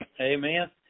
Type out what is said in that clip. amen